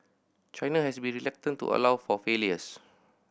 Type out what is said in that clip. China has been reluctant to allow for failures